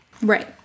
Right